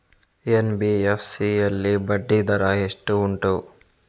NBFC ಯಲ್ಲಿ ಬಡ್ಡಿ ದರ ಎಷ್ಟು ಉಂಟು?